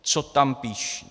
Co tam píší.